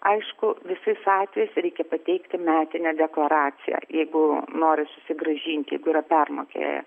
aišku visais atvejais reikia pateikti metinę deklaraciją jeigu nori susigrąžinti jeigu yra permokėję